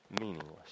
meaningless